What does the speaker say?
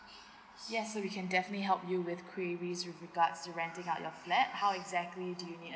yes we can definitely help you with gravy with regards to renting out your flat how exactly do you need